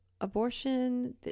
abortion